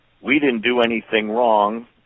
we-didn't-do-anything-wrong